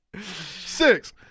Six